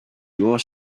your